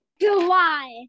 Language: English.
July